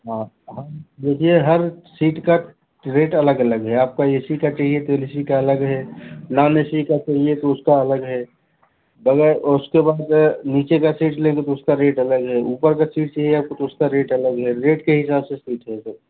हाँ हाँ देखिए हर सीट का रेट अलग अलग है आपका ए सी का चाहिए तो ए सी का अलग है नॉन ए सी का चाहिए तो उसका अलग है भले उसके बाद नीचे का सीट लेंगे तो उसका रेट अलग है ऊपर का सीट चाहिए आपको तो उसका रेट अलग है रेट के हिसाब से सीट रहेगा